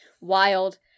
wild